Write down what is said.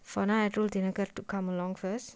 for now I rolled thinakar to come along first